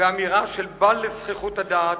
אמירה של "בל" לזחיחות הדעת,